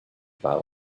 bar